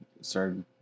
started